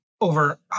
over